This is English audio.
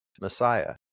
Messiah